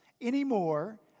anymore